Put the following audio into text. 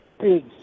Big